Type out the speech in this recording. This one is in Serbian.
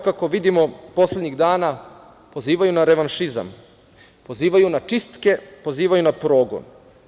Kako vidimo, poslednjih dana pozivaju na revanšizam, pozivaju na čistke, pozivaju na progon.